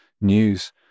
news